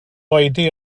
oedi